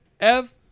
Ev